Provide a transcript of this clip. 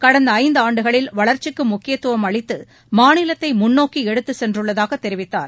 கடந்த ஐந்தாண்டுகளில் வளர்ச்சிக்கு முக்கியத்துவம் அளித்து மாநிலத்தை முன்நோக்கி எடுத்துச் சென்றுள்ளதாக தெரிவித்தார்